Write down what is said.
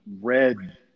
red